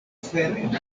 ferepoko